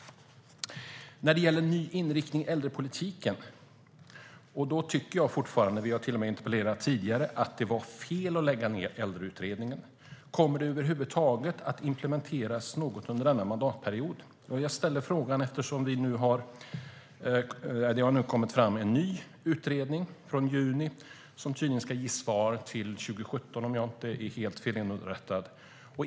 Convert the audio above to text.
När det gäller ny inriktning för äldrepolitiken tycker jag fortfarande - vi har till och med interpellerat om det tidigare - att det var fel att lägga ned Äldreutredningen. Kommer det över huvud taget att implementeras något under denna mandatperiod? Jag ställde frågan eftersom det tillsattes en ny utredning i juni som tydligen ska ge svar till 2017 om jag inte är helt felunderrättad.